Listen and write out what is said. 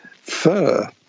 fur